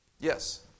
Yes